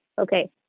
Okay